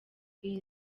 iyi